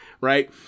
right